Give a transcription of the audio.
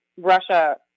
Russia